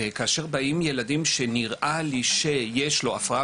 כאשר באים ילדים שנראה לי שיש להם הפרעה